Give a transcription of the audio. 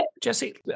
Jesse